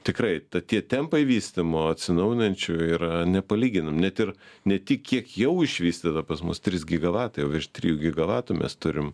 tikrai ta tie tempai vystymo atsinaujinančių yra nepalyginami net ir ne tik kiek jau išvystyta pas mus trys gigavatai jau virš trijų gigavatų mes turim